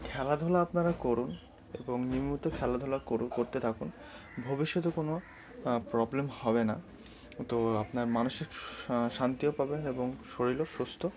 খেলাধুলা আপনারা করুন এবং নিয়মিত খেলাধুলা করু করতে থাকুন ভবিষ্যতে কোনো প্রবলেম হবে না তো আপনার মানসিক শা শান্তিও পাবেন এবং শরীরও সুস্থ